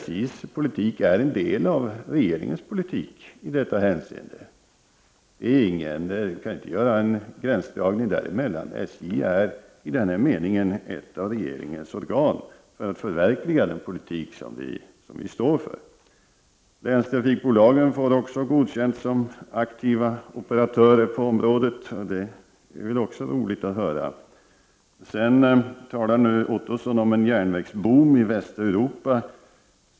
SJ:s politik är i detta hänseende en del av regeringens politik. Vi kan inte göra en gränsdragning däremellan. SJ är ett av de organ som regeringen använder för att förverkliga den politik som regeringen står för. Även länstrafikbolagen får godkänt av Roy Ottosson som aktiva operatörer på området, och också detta är glädjande att höra. Roy Ottosson talar om en järnvägsboom i Västeuropa.